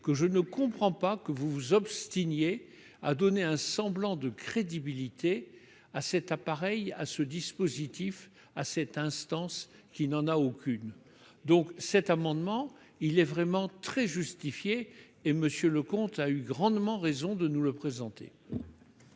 que je ne comprends pas que vous vous obstiniez à donner un semblant de crédibilité à cet appareil- ce dispositif, cette instance, que sais-je -qui n'en a aucune. Cet amendement est donc vraiment très justifié, et M. Leconte a eu grandement raison de nous le présenter